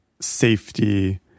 safety